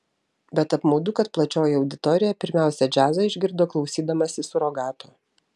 bet apmaudu kad plačioji auditorija pirmiausia džiazą išgirdo klausydamasi surogato